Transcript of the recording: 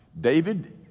David